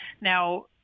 Now